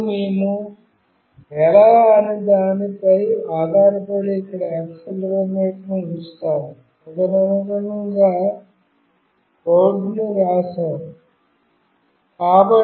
మరియు మేము ఎలా అనే దానిపై ఆధారపడి ఇక్కడ యాక్సిలెరోమీటర్ను ఉంచాము తదనుగుణంగా కోడ్ను వ్రాసాము